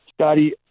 Scotty